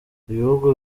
ibihugu